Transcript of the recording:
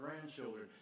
grandchildren